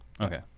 Okay